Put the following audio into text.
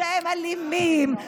שהם אלימים,